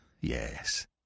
Yes